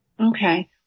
okay